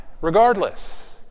regardless